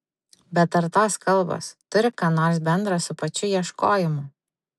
bet ar tos kalbos turi ką nors bendra su pačiu ieškojimu